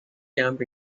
camp